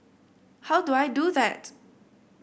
how do I do that